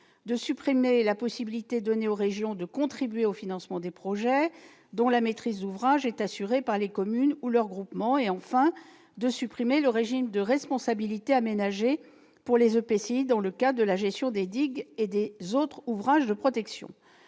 de supprimer la possibilité donnée aux régions de contribuer au financement des projets dont la maîtrise d'ouvrage est assurée par les communes ou leurs groupements et, enfin, de supprimer le régime de responsabilité aménagée pour les EPCI dans le cas de la gestion des digues et des autres ouvrages de protection.